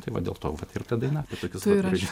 tai va dėl to vat ir ta daina apie tokius vat gražius